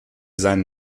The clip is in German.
seinen